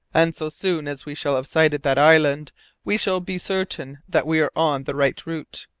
and so soon as we shall have sighted that island we shall be certain that we are on the right route.